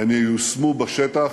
הם ייושמו בשטח